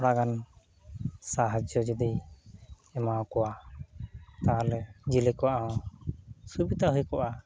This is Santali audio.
ᱛᱷᱚᱲᱟᱜᱟᱱ ᱥᱟᱦᱟᱡᱽᱡᱚ ᱡᱚᱫᱤᱭ ᱮᱢᱟᱠᱚᱣᱟ ᱛᱟᱦᱚᱞᱮ ᱡᱮᱞᱮ ᱠᱚᱣᱟᱜ ᱦᱚᱸ ᱥᱩᱵᱤᱫᱷᱟ ᱦᱩᱭᱠᱚᱜᱼᱟ